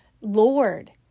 Lord